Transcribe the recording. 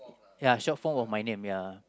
ya short form of my name ya